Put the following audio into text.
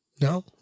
No